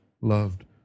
loved